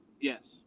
Yes